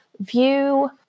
view